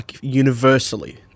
universally